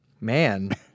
man